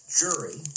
jury